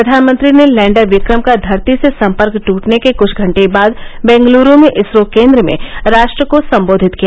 प्रधानमंत्री ने लैंडर विक्रम का धरती से सम्पर्क ट्टने के कृष्ठ घंटे बाद बेंगलुरु में इसरो केन्द्र में राष्ट्र को संबेधित किया